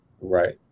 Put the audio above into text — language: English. Right